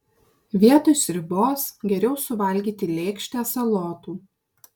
vietoj sriubos geriau suvalgyti lėkštę salotų